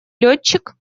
летчик